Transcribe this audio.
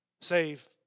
save